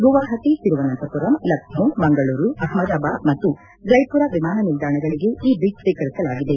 ಗುವಾಹತಿ ತಿರುವನಂತಪುರಂ ಲಕ್ಷೋ ಮಂಗಳೂರು ಅಹ್ವದಾಬಾದ್ ಮತ್ತು ಜೈಪುರ ವಿಮಾನ ನಿಲ್ದಾಣಗಳಿಗೆ ಈ ಬಿಡ್ ಸ್ವೀಕರಿಸಲಾಗಿದೆ